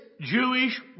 Jewish